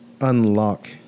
unlock